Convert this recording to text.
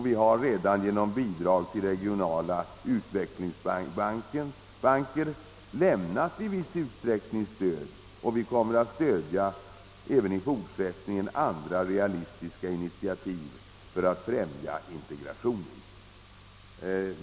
Vi har redan genom bidrag till regionala utvecklingsbanker lämnat stöd i viss utsträckning och vi kommer att stödja realistiska initiativ för att främja ökad integration.